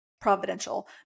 providential